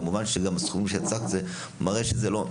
כמובן שגם הסכומים שהצגת מראה שזה לא,